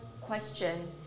question